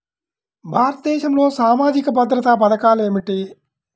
భారతదేశంలో సామాజిక భద్రతా పథకాలు ఏమిటీ?